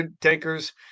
tankers